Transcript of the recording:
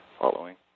following